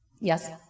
Yes